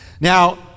Now